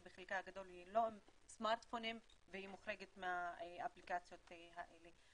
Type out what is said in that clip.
שבחלקה הגדול היא לא עם סמארטפונים והיא מוחרגת מאפליקציות האלה.